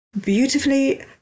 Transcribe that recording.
Beautifully